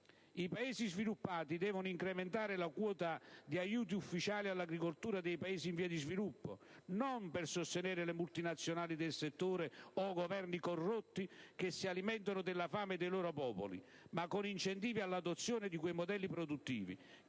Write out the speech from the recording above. I Paesi sviluppati devono incrementare la quota di aiuti ufficiali all'agricoltura dei Paesi in via di sviluppo, non per sostenere le multinazionali del settore o Governi corrotti che si alimentano della fame dei loro popoli, ma con incentivi all'adozione di quei modelli produttivi